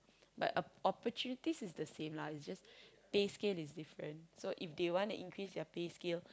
but oppo~ opportunity is the same lah is just pay scale is different so if they wanna increase their pay scale